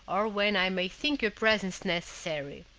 or when i may think your presence necessary.